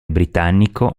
britannico